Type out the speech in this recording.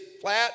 flat